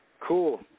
Cool